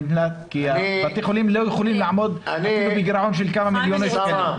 כי בתי החולים לא יכולים לעמוד בגירעון אפילו של כמה מיליוני שקלים.